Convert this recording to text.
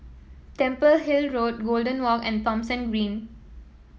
Temple Hill Road Golden Walk and Thomson Green